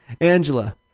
Angela